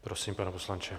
Prosím, pane poslanče.